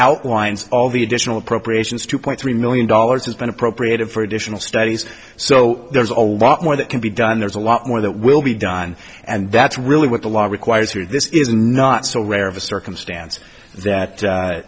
outlines all the additional appropriations two point three million dollars has been appropriated for additional studies so there's a lot more that can be done there's a lot more that will be done and that's really what the law requires here this is not so rare of a circumstance